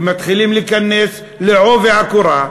ומתחילים להיכנס בעובי הקורה,